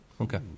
Okay